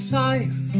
life